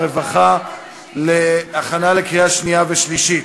הרווחה והבריאות נתקבלה.